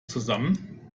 zusammen